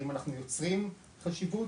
האם אנחנו יוצרים חשיבות,